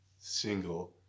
single